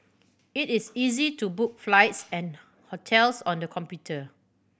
it is easy to book flights and hotels on the computer